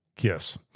Yes